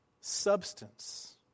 substance